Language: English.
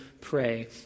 pray